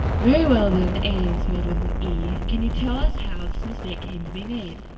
very well, then, anne spelled with an e, can you tell us how this mistake came to be made?